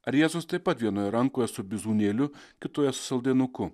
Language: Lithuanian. ar jėzus taip pat vienoje rankoje su bizūnėliu kitoje su sodinuku